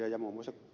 muun muassa ed